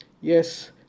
yes